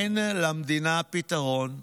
אין למדינה פתרון.